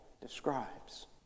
describes